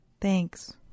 Thanks